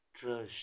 trust